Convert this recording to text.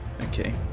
Okay